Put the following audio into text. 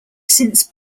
since